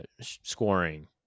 scoring